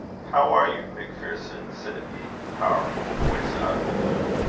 how are you, macpherson? said a deep powerful voice, out of the gloom.